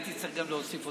הייתי צריך להוסיף גם אותם.